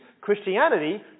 Christianity